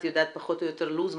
את יודעת פחות או יותר לוח זמנים?